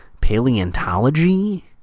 paleontology